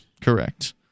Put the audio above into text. Correct